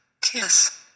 kiss